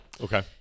Okay